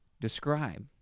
describe